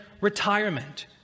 retirement